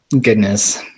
goodness